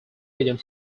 agent